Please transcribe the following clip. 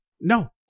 No